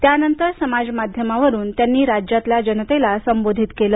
त्यानंतर समाजमाध्यमांवरून त्यांनी राज्यातल्या जनतेला संबोधित केलं